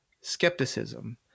skepticism